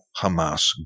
Hamas